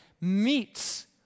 meets